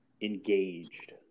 engaged